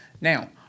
now